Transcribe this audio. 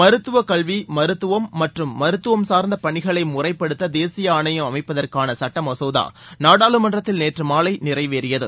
மருத்துவ கல்வி மருத்துவம் மற்றும் மருத்துவம் சார்ந்த பணிகளை முறைப்படுத்த தேசிய ஆணையம் அமைப்பதற்கான சுட்ட மசோதா நாடாளுமன்றத்தில் நேற்று மாலை நிறைவேறியது